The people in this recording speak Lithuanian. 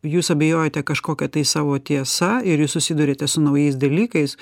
jūs abejojote kažkokia tai savo tiesa ir jūs susiduriate su naujais dalykais